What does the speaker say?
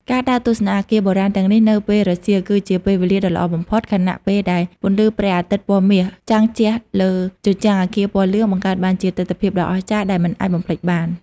ការដើរទស្សនាអគារបុរាណទាំងនេះនៅពេលរសៀល គឺជាពេលវេលាដ៏ល្អបំផុត ខណៈពេលដែលពន្លឺព្រះអាទិត្យពណ៌មាសចាំងជះលើជញ្ជាំងអគារពណ៌លឿង បង្កើតបានជាទិដ្ឋភាពដ៏អស្ចារ្យដែលមិនអាចបំភ្លេចបាន។